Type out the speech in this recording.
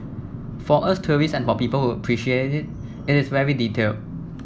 for us tourists and for people who appreciate it it is very detail